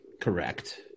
correct